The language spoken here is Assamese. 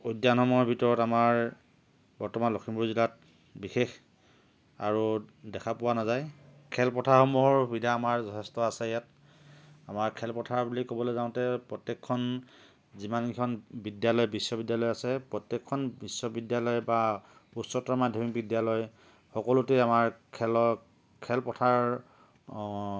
উদ্যানসমূহৰ ভিতৰত আমাৰ বৰ্তমান লখিমপুৰ জিলাত বিশেষ আৰু দেখা পোৱা নাযায় খেলপথাৰসমূহৰ সুবিধা আমাৰ যথেষ্ট আছে ইয়াত আমাৰ খেলপথাৰ বুলি ক'বলৈ যাওঁতে প্ৰত্যেকখন যিমানকেইখন বিদ্যালয় বিশ্ববিদ্যালয় আছে প্ৰত্যেকখন বিশ্ববিদ্যালয় বা উচ্চতৰ মাধ্যমিক বিদ্যালয় সকলোতে আমাৰ খেলৰ খেলপথাৰ